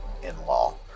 in-law